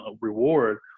reward